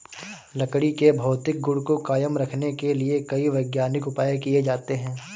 लकड़ी के भौतिक गुण को कायम रखने के लिए कई वैज्ञानिक उपाय किये जाते हैं